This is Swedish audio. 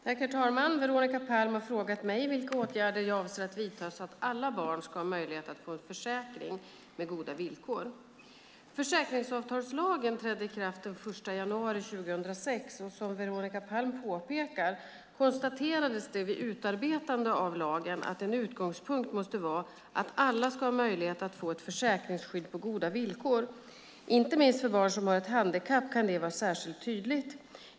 Herr talman! Veronica Palm har frågat mig vilka åtgärder jag avser att vidta så att alla barn ska ha möjlighet att få en försäkring med goda villkor. Försäkringsavtalslagen trädde i kraft den 1 januari 2006. Som Veronica Palm påpekar konstaterades det vid utarbetandet av lagen att en utgångspunkt måste vara att alla ska ha möjlighet att få ett försäkringsskydd på goda villkor. Inte minst för barn som har ett handikapp kan detta vara särskilt tydligt.